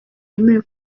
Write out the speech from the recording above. yemewe